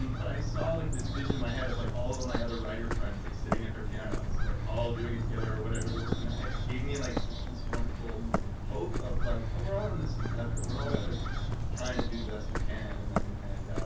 but i saw like this vision in my head of like all of my other writer friends like sitting at their pianos, like all doing it together, or whatever they're working on. it gave me like such this wonderful hope of like, oh, we're all in this together. we're all and like trying to do the best we can. and and